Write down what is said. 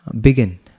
begin